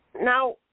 Now